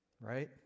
Right